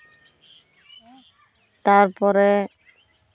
ᱛᱟᱨᱯᱚᱨᱮ